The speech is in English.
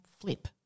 flip